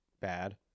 bad